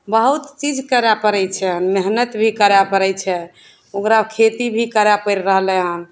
बहुत चीज करै पड़ैत छै आ मेहनत भी करए पड़ैत छै ओकरा खेतीभी करए पड़ि रहलै हन